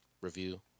review